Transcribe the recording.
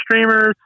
streamers